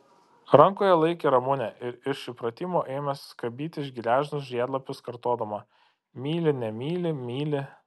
rankoje laikė ramunę ir iš įpratimo ėmė skabyti gležnus žiedlapius kartodama myli nemyli myli